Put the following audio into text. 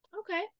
Okay